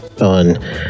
on